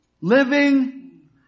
living